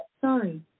Sorry